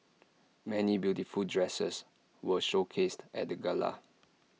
many beautiful dresses were showcased at the gala